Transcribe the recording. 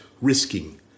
risking